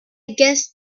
guess